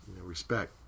Respect